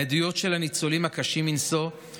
העדויות הקשות מנשוא של הניצולים,